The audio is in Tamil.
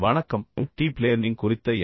வணக்கம் டீப் லேர்னிங் குறித்த என்